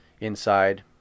inside